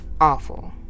awful